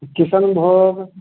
किसनभोग